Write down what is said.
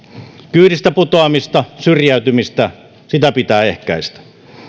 kyydistä putoamista syrjäytymistä pitää ehkäistä